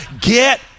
get